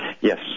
Yes